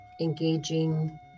engaging